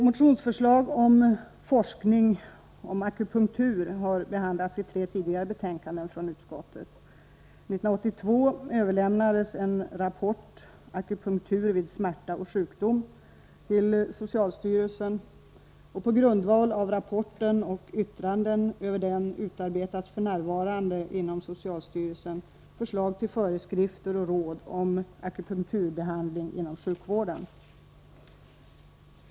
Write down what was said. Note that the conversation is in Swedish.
Motionsförslag om forskning om akupunktur har behandlats i tre tidigare betänkanden från socialutskottet. 1982 överlämnades rapporten Akupunktur vid smärta och sjukdom till socialstyrelsen. På grundval av denna rapport och yttranden över den utarbetas f.n. inom socialstyrelsen förslag till föreskrifter och råd om akupunkturbehandling inom sjukvården.